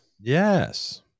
Yes